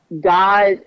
God